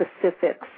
specifics